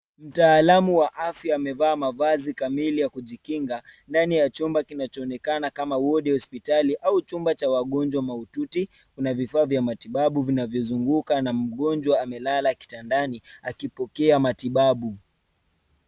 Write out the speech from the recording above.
Mtaalamu wa afya amevaa mavazi kamili ya kujikinga ndani ya chumba kinachoonekana kama wodi ya hospitali au chumba cha wagonjwa mahututi. Kuna vifaa vya matibabu vinavyozunguka na mgonjwa amelala kitandani akipokea matibabu.